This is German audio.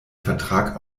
vertrag